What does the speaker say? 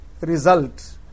result